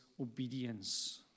obedience